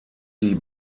die